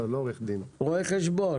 עוד מעט ניתן לו ללכת אתכם למקומות היותר.